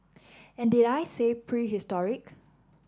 and did I say prehistoric